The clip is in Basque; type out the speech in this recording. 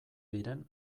diren